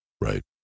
Right